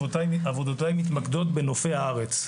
עבודותיי מתמקדות בנופי הארץ,